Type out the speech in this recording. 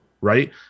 right